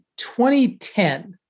2010